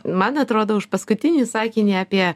man atrodo už paskutinį sakinį apie